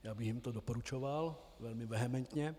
Já bych jim to doporučoval velmi vehementně.